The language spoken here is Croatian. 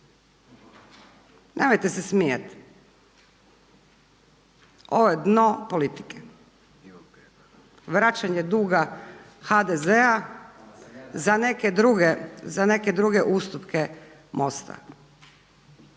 Nemojte se smijati. Ovo je dno politike. Vraćanje duga HDZ-a za neke druge ustupke MOST-a